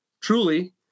truly